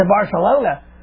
Barcelona